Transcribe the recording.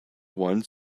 one